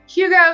Hugo